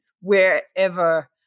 Wherever